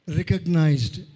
recognized